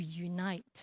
reunite